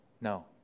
No